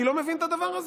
אני לא מבין את הדבר הזה.